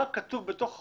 מה כתוב בתוך החוזה,